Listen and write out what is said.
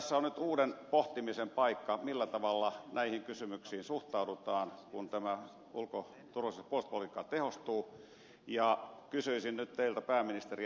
tässä on nyt uuden pohtimisen paikka millä tavalla näihin kysymyksiin suhtaudutaan kun tämä ulko turvallisuus ja puolustuspolitiikka tehostuu ja kysyisin nyt teiltä pääministeri